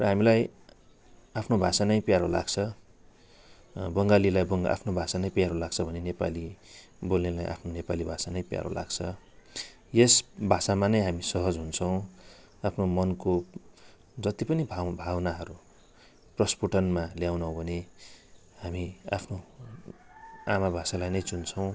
र हामीलाई आफ्नो भाषा नै प्यारो लाग्छ बङ्गालीलाई बङ्ग् आफ्नो भाषा नै प्यारो लाग्छ भने नेपाली बोल्नेलाई आफ्नो नेपाली भाषा नै प्यारो लाग्छ यस भाषामा नै हामी सहज हुन्छौँ आफ्नो मनको जति पनि भाव भावनाहरू प्रस्फुटनमा ल्याउन हो भने हामी आफ्नो आमा भाषालाई नै चुन्छौँ